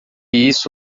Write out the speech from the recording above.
isso